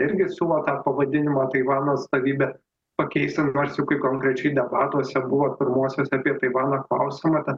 irgi siūlo tą pavadinimą taivano atstovybę pakeisti nors jau kai konkrečiai debatuose buvo pirmuosiuose apie taivano klausimą tą